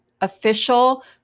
official